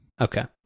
okay